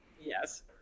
Yes